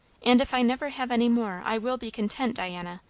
and if i never have any more, i will be content, diana,